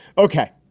ok.